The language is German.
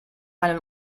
einem